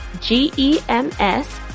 G-E-M-S